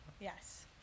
yes